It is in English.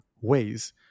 ways